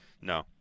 No